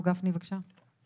הרב גפני, בבקשה.